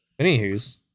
Anywho's